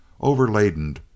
overladen